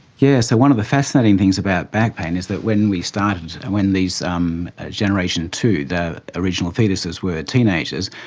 yes, so one of the fascinating things about back pain is that when we started and when um generation two, the original foetuses were teenagers,